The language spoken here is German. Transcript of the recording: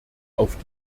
auf